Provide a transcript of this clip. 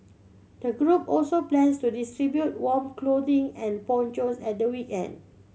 the group also plans to distribute warm clothing and ponchos at the weekend